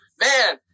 man